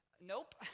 nope